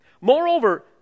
moreover